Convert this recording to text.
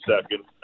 second